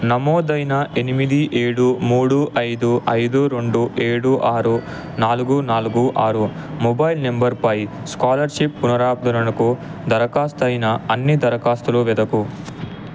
నమోదైన ఎనిమిది ఏడు మూడు ఐదు ఐదు రెండు ఏడు ఆరు నాలుగు నాలుగు ఆరు మొబైల్ నంబర్పై స్కాలర్షిప్ పునరాద్ధరణకు దరఖాస్తయిన అన్ని దరఖాస్తులు వెతుకు